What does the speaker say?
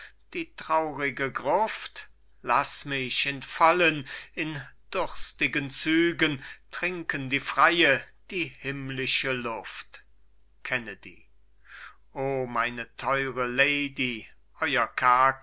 die traurige gruft laß mich in vollen in durstigen zügen trinken die freie die himmlische luft kennedy o meine teure lady